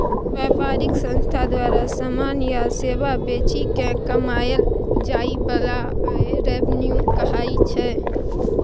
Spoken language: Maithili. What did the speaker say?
बेपारिक संस्था द्वारा समान या सेबा बेचि केँ कमाएल जाइ बला आय रेवेन्यू कहाइ छै